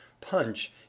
punch